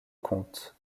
compte